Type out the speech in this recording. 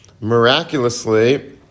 Miraculously